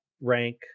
rank